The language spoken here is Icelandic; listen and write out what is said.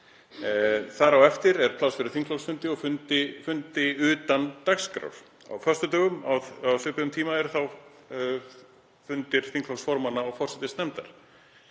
þar á eftir er pláss fyrir þingflokksfundi og fundi utan dagskrár. Á föstudögum á svipuðum tíma eru fundir þingflokksformanna og forsætisnefndar.